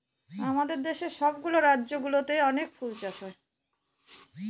আমাদের দেশের সব গুলা রাজ্য গুলোতে অনেক ফুল চাষ হয়